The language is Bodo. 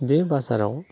बे बाजाराव